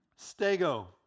Stego